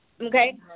Okay